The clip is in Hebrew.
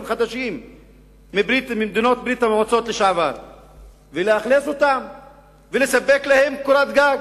חדשים ממדינות ברית-המועצות לשעבר ולספק להם קורת גג.